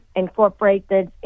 Incorporated